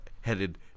headed